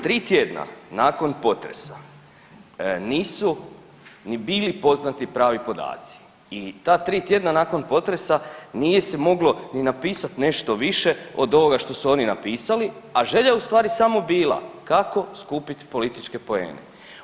Tri tjedna nakon potresa nisu ni bili poznati pravi podaci i ta tri tjedna nakon potresa nije se moglo ni napisati nešto više od ovoga što su oni napisali, a želja je u stvari samo bila kako skupiti političke poene.